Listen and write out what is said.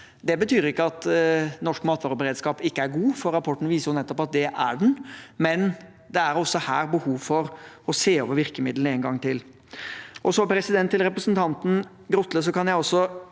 Det betyr ikke at norsk matvareberedskap ikke er god, for rapporten viser jo nettopp at den er det. Men det er også her behov for å se over virkemidlene en gang til. Og så til representanten Grotle: Jeg kan altså